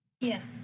Yes